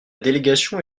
délégation